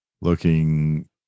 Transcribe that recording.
looking